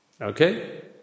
Okay